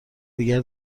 دیگر